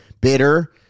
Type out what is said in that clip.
bitter